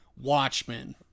Watchmen